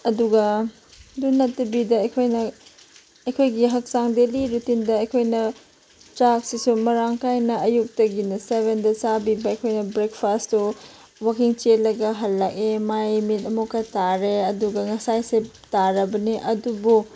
ꯑꯗꯨꯒ ꯑꯗꯨ ꯅꯠꯇꯕꯤꯗ ꯑꯩꯈꯣꯏꯅ ꯑꯩꯈꯣꯏꯒꯤ ꯍꯛꯆꯥꯡ ꯗꯦꯂꯤ ꯔꯨꯇꯤꯟꯗ ꯑꯩꯈꯣꯏꯅ ꯆꯥꯛꯁꯤꯁꯨ ꯃꯔꯥꯡ ꯀꯥꯏꯅ ꯑꯌꯨꯛꯇꯒꯤꯅ ꯁꯕꯦꯟꯗ ꯆꯥꯕꯤꯕ ꯑꯩꯈꯣꯏꯅ ꯕ꯭ꯔꯦꯛꯐꯥꯁꯇꯨ ꯋꯥꯛꯀꯤꯡ ꯆꯦꯜꯂꯒ ꯍꯜꯂꯛꯂꯦ ꯃꯥꯏ ꯃꯤꯠ ꯑꯃꯨꯛꯀ ꯇꯥꯔꯦ ꯑꯗꯨꯒ ꯉꯁꯥꯏꯁꯨ ꯇꯥꯔꯕꯅꯤ ꯑꯗꯨꯕꯨ